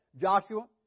Joshua